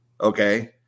okay